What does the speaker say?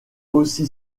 aussi